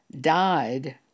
died